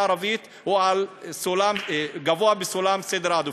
הערבית הוא במקום גבוה בסולם העדיפויות.